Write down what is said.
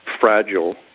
fragile